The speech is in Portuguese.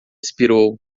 expirou